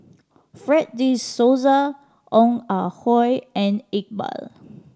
Fred De Souza Ong Ah Hoi and Iqbal